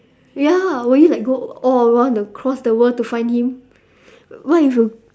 ya will you like go all around across the world to find him what if you